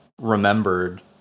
remembered